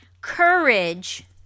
courage